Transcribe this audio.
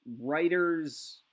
writers